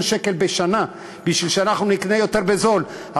שקל בשנה בשביל שאנחנו נקנה יותר בזול,